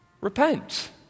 Repent